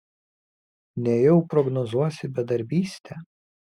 nejau prognozuosi bedarbystę